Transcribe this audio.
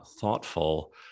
thoughtful